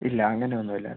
ഇല്ല അങ്ങനെയൊന്നുമില്ല